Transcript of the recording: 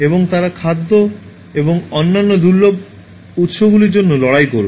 এবং তারা খাদ্য এবং অন্যান্য দুর্লভ উৎসগুলির জন্য লড়াই করবে